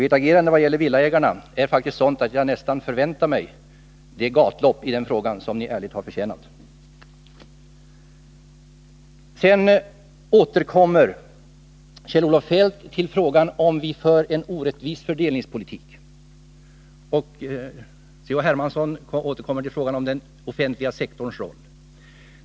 Ert agerande när det gäller villaägarna är faktiskt sådant att jag nästan förväntar att få se er löpa det gatlopp i den frågan, något som ni ärligt har förtjänat. Kjell-Olof Feldt återkom till att vi för en orättvis fördelningspolitik. C.-H. Hermansson återvände till frågan om den offentliga sektorns roll.